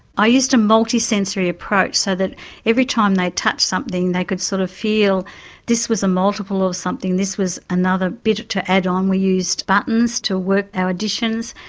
i used a multi-sensory approach so that every time they touched something they could sort of feel this was a multiple of something, this was another bit to add on. we used buttons to work our additions,